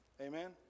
Amen